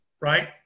Right